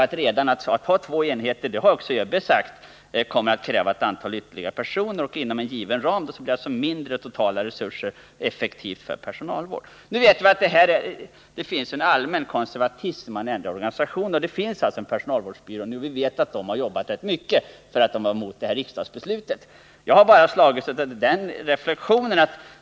Att man har två enheter — och det har också ÖB sagt — kommer att kräva ytterligare ett antal personer. Inom en given ram kan alltså mindre av de totala resurserna utnyttjas effektivt för personalvård. Nu vet vi att det finns en allmän konservatism vid ändring av organisationer. Det finns en personalvårdsbyrå, och vi vet att man där har jobbat mycket för att motarbeta riksdagsbeslutet från 1978.